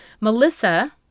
Melissa